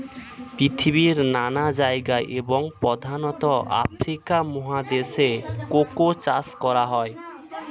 পৃথিবীর নানা জায়গায় এবং প্রধানত আফ্রিকা মহাদেশে কোকো চাষ করা হয়